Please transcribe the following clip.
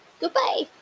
Goodbye